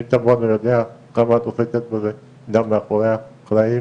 מי כמונו יודע כמה את עובדת גם מאחורי הקלעים